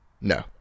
No